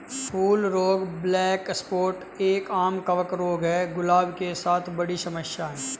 फूल रोग black spot एक, आम कवक रोग है, गुलाब के साथ बड़ी समस्या है